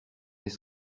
est